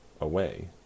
away